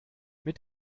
mit